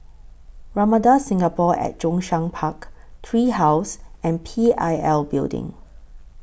Ramada Singapore At Zhongshan Park Tree House and P I L Building